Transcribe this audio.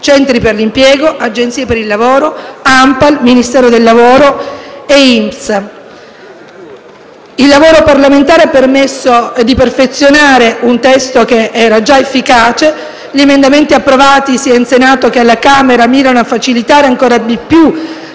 Centri per l'impiego, Agenzie per il lavoro, ANPAL, Ministero del lavoro e INPS. Il lavoro parlamentare ha permesso di perfezionare un testo che era già efficace. Gli emendamenti approvati, sia al Senato che alla Camera, mirano a facilitare ancor di più